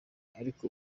ariko